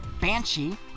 Banshee